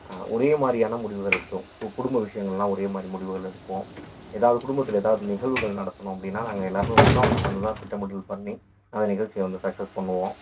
ஒரே மாதிரியானா முடிவுகளை எடுத்தோம் இப்போ குடும்ப விஷயங்கள்னால் ஒரே மாதிரி முடிவுகளை எடுப்போம் எதாவது குடும்பத்தில் எதாவது நிகழ்வுகள் நடக்கணும் அப்படினா நாங்கள் எல்லோருமே ஒன்றா உக்காந்துதான் திட்டமிடல் பண்ணி அந்த நிகழ்ச்சியை வந்து சக்ஸஸ் பண்ணுவோம்